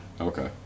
okay